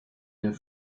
der